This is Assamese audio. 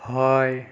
হয়